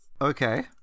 okay